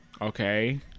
Okay